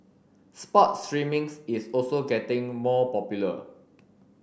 sports streamings is also getting more popular